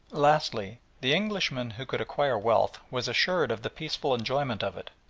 lastly, the englishman who could acquire wealth was assured of the peaceful enjoyment of it,